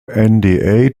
andy